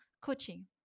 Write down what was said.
coaching